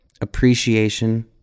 appreciation